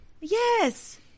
Yes